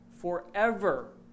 forever